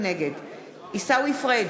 נגד עיסאווי פריג'